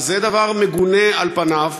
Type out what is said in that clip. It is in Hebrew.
זה דבר מגונה, על פניו,